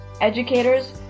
educators